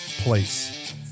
place